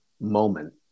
moment